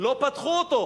לא פתחו אותו.